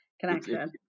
connection